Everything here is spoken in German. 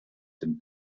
dem